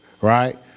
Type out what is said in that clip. right